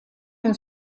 non